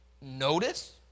notice